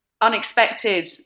unexpected